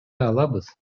алабыз